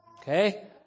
Okay